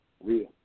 Real